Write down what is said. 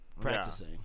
practicing